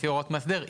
לפי הוראת מאסדר,